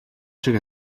шиг